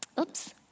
Oops